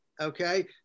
Okay